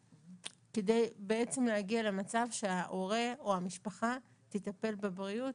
בעצם להגיע למצב שההורה או המשפחה תטפל בבריאות,